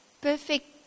Perfect